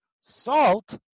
Salt